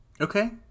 Okay